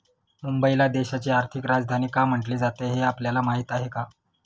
मुंबईला देशाची आर्थिक राजधानी का म्हटले जाते, हे आपल्याला माहीत आहे का?